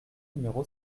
numéro